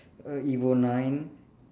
a Evo nine